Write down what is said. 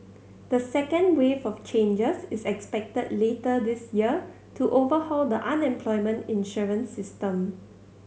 the second wave of changes is expected later this year to overhaul the unemployment insurance system